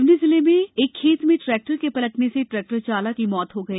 सिवनी जिले में एक खेत में ट्रेक्टर के पलटने से ट्रेक्टर चालक की मौत हो गई